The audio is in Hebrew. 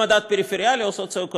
או מדד פריפריאלי או סוציו-אקונומי,